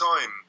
time